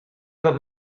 about